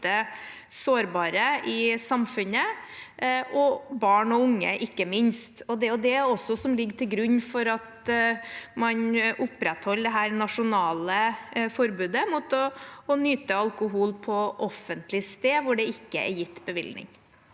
sårbare i samfunnet og ikke minst barn og unge. Det er det som også ligger til grunn for at man opprettholder dette nasjonale forbudet mot å nyte alkohol på offentlig sted hvor det ikke er gitt bevilling.